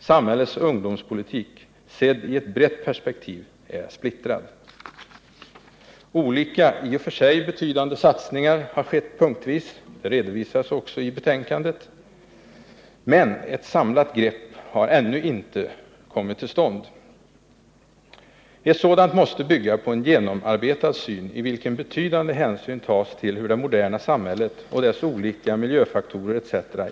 Samhällets ungdomspolitik, sedd i ett brett perspektiv, är splittrad. Olika, i och för sig betydande satsningar har skett punktvis — det redovisas också i betänkandet — men ett samlat grepp har ännu inte kommit till stånd. Ett sådant måste bygga på en genomarbetad syn, i vilken betydande hänsyn tas till hur det moderna samhället och dess olika miljöfaktorer etc.